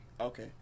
Okay